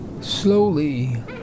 Slowly